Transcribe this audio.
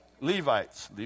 Levites